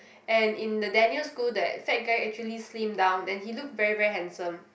and in the Daniel school that fat guy actually slim down and he look very very handsome